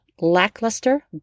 lackluster